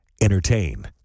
entertain